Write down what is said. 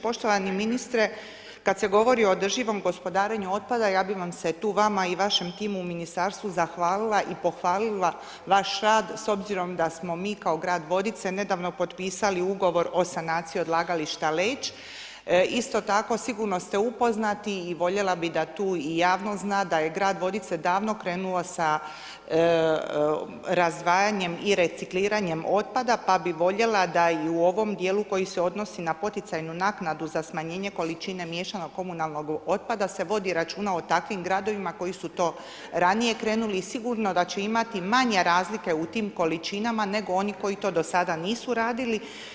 Poštovani ministre, kada se govori o održivom gospodarenju otpada, ja bi vam se tu vama i vašem timu u ministarstvu zahvalila i pohvalila vaš rad s obzirom da smo mi kao grad Vodice nedavno potpisali ugovor o sanaciji odlagališta Leč, isto tako, sigurno ste upoznati i voljela bi da tu i javnost znan, da je grad Vodice davno krenuo sa razdvajanjem i recikliranjem otpada, pa bi voljela da i u ovom dijelu koji se odnosi na poticajnu naknadu, za smanjenje količine miješanog komunalnog otpada, se vodi računa o takvim gradovima, koji su to ranije krenuli i sigurno da će imati manje razlike u tim količinama, nego oni koji to do sada nisu radili.